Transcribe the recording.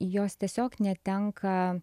jos tiesiog netenka